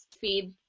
feed